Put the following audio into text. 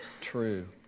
true